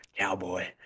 Cowboy